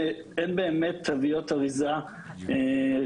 באים ואומרים,